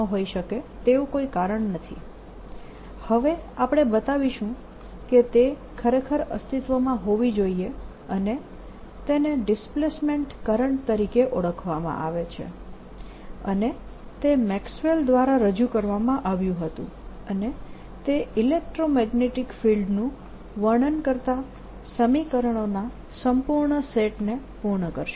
આપણે હવે બતાવીશું કે તે ખરેખર અસ્તિત્વમાં હોવી જોઈએ અને તેને ડિસ્પ્લેસમેન્ટ કરંટ તરીકે ઓળખવામાં આવે છે અને તે મેક્સવેલ દ્વારા રજૂ કરવામાં આવ્યું હતું અને તે ઇલેક્ટ્રોમેગ્નેટીક ફિલ્ડ નું વર્ણન કરતા સમીકરણોના સંપૂર્ણ સેટ ને પૂર્ણ કરશે